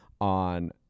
on